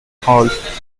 half